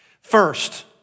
First